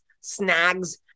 snags